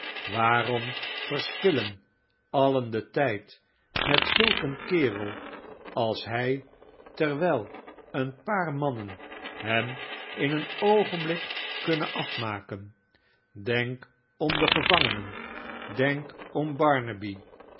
waarom verspillen alien den tijd met zulk een ierel als hij terwijl een paar mannen hem in een oogenblik kunnen afmaken denk om de gevangenen denk om